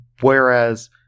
whereas